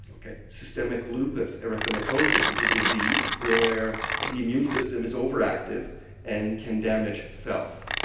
ok, systemic lupus erythematosus is a disease where the immune system is overactive and can damage itself.